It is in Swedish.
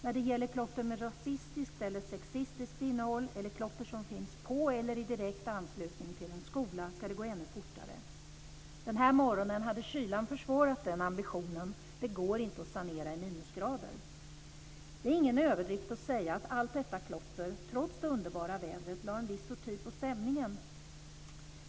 När det gäller klotter med rasistiskt eller sexistiskt innehåll eller klotter som finns på eller i direkt anslutning till en skola ska det gå ännu fortare. Den här morgonen hade kylan försvårat den ambitionen - det går inte att sanera i minusgrader. Det är ingen överdrift att säga att allt detta klotter, trots det underbara vädret, lade en viss sordin på stämningen.